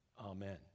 Amen